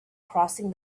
crossing